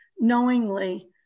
knowingly